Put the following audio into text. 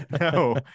no